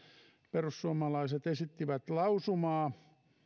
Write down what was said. perussuomalaiset esittivät lausumaa